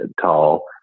tall